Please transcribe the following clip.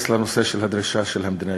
לנושא של הדרישה להכרה במדינה היהודית.